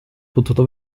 potuto